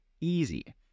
easy